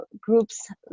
groups